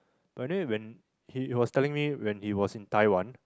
but then when he was telling me when he was in Taiwan